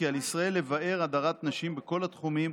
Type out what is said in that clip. כי על ישראל לבער הדרת נשים בכל התחומים,